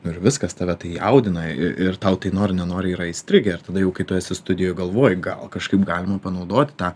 nu ir viskas tave tai jaudina i ir tau tai nori nenori yra įstrigę ir tada jau kai tu esi studijoj galvoji gal kažkaip galima panaudoti tą